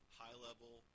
high-level